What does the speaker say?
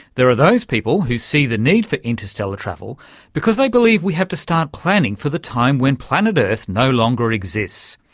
there are those people who see the need for interstellar travel because they believe we have to start planning for the time when planet earth no longer exists,